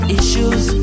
issues